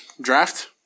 Draft